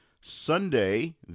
Sunday